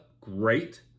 great